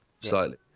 slightly